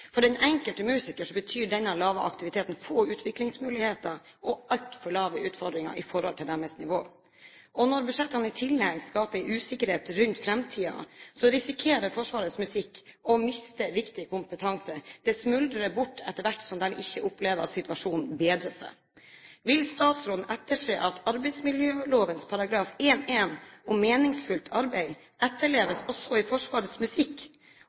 For den enkelte musiker betyr denne lave aktiviteten få utviklingsmuligheter og altfor lave utfordringer i forhold til deres nivå. Når budsjettene i tillegg skaper usikkerhet for framtiden, risikerer Forsvarets musikk å miste viktig kompetanse. Den smuldrer bort etter hvert som de ikke opplever at situasjonen bedrer seg. Vil statsråden etterse at arbeidsmiljøloven § 1.1 om meningsfylt arbeid etterleves også i Forsvarets musikk